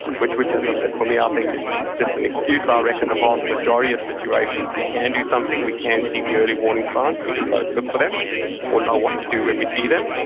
which which as i said, for me, i think is just an excuse. ah i reckon the vast majority of situations, we can do something. we can see the early warning signs. we just don't look for them or know what to do when we see them.